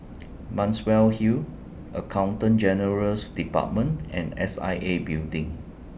Muswell Hill Accountant General's department and S I A Building